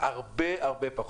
הרבה הרבה פחות.